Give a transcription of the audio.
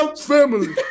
family